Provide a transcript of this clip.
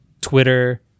Twitter